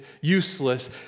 useless